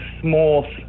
small